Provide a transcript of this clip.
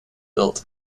built